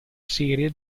serie